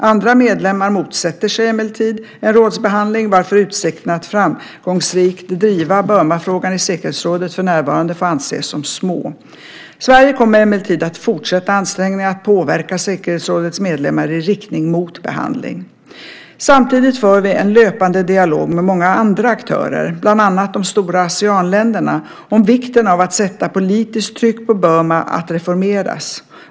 Andra medlemmar motsätter sig emellertid en rådsbehandling varför utsikterna att framgångsrikt driva Burmafrågan i säkerhetsrådet för närvarande får anses som små. Sverige kommer emellertid att fortsätta ansträngningarna att påverka säkerhetsrådets medlemmar i riktning mot behandling. Samtidigt för vi en löpande dialog med många andra aktörer, bland andra de stora Aseanländerna, om vikten av att sätta politiskt tryck på Burma att reformeras.